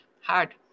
hard